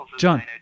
John